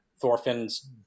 Thorfinn's